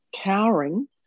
cowering